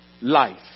life